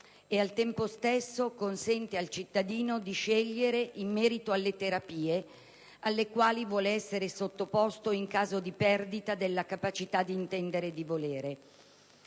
ed al tempo stesso consente al cittadino di scegliere in merito alle terapie alle quali vuole essere sottoposto in caso di perdita della capacità di intendere e di volere.